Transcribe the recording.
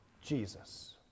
jesus